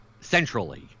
Centrally